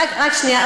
רק שנייה.